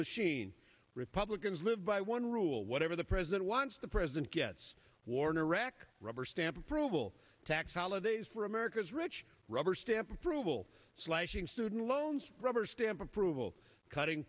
machine republicans live by one rule whatever the president wants the president gets war in iraq rubber stamp approval tax holidays for america's rich rubberstamp approval slashing student loans rubber stamp approval cutting